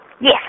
Yes